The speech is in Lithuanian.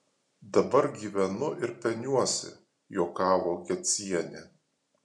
dabar gyvenu ir peniuosi juokavo gecienė